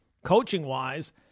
Coaching-wise